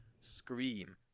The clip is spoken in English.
Scream